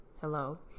Hello